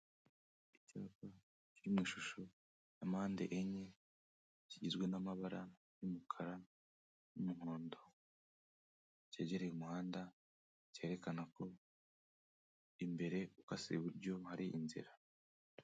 Icyapa kiri mu ishusho ya mpande enye kigizwe n'amabara y'umukara n'umuhondo, kegereye umuhanda, cyerekana ko imbere ukase iburyo hari inzira